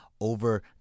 over